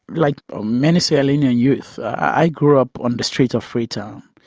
like um many sierra leonean youth, i grew up on the streets of freetown.